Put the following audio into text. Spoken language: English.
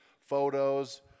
photos